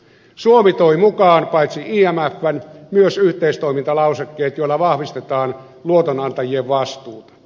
suomi toi mukaan paitsi imfn myös yhteistoimintalausekkeet joilla vahvistetaan luotonantajien vastuuta